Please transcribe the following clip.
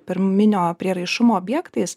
pirminio prieraišumo objektais